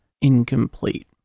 incomplete